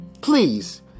please